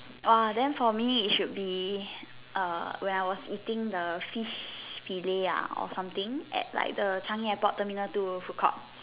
orh then for me it should be err when I was eating the fish fillet ah or something at like the Changi airport terminal two food court